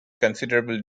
considerable